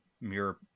mirror